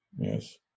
yes